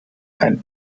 and